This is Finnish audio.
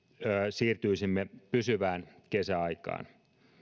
siirtyisimme pysyvään kesäaikaan